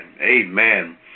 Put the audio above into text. Amen